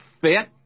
fit